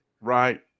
Right